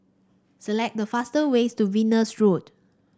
select the fast ways to Venus Road